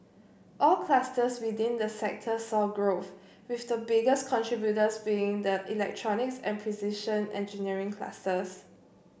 all clusters within the sector saw growth with the biggest contributors being the electronics and precision engineering clusters